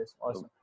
Awesome